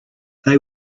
they